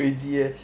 crazy eh